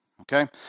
Okay